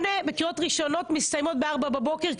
הקריאות הראשונות יסתיימו בארבע בבוקר,